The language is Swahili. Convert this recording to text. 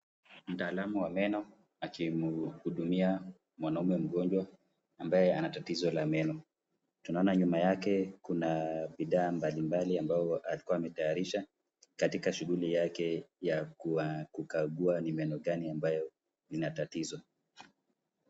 Mtaalamu wa meno akimhudumia mwanaume mgonjwa ambaye ana tatizo la meno. Tunaona nyuma yake kuna bidhaa mbalimbali ambao alikuwa ametayarisha katika shughuli yake ya kukagua ni meno gani ambayo ina tatizo.